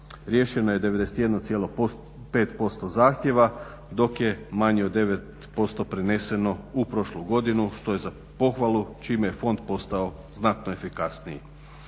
Riješeno je 91,5% zahtjeva dok je manje od 9% preneseno u prošlu godinu što je za pohvalu, čime je fond postao znatno efikasniji.